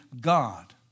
God